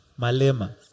Malema